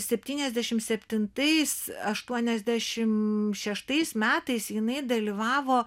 septyniasdešimt septintais aštuoniasdešimt šeštais metais jinai dalyvavo